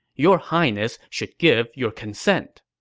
your highness should give your consent.